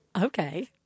Okay